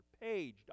page